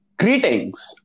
Greetings